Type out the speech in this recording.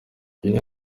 niyo